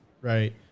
right